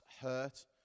hurt